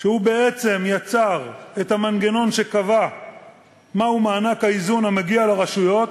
שבעצם יצר את המנגנון שקבע מהו מענק האיזון המגיע לרשויות,